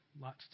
lots